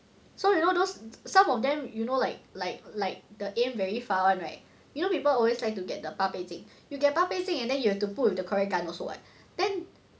so you know those some of them you know like like like the aim very far [one] right you know people always like to get the 八倍镜 you get 八倍镜 and then you have to put with the correct gun also [what] then